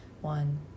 One